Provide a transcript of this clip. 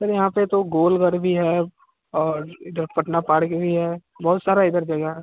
sir यहाँ पर तो गोलघर भी है और इधर पटना पार्क भी है बहुत सारे इधर जगह हैं